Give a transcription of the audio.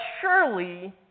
Surely